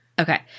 Okay